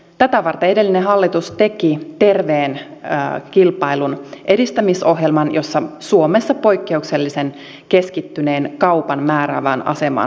tätä varten edellinen hallitus teki terveen kilpailun edistämisohjelman jossa suomessa poikkeuksellisen keskittyneen kaupan määräävään asemaan haluttiin puuttua